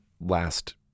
last